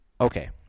Okay